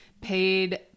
paid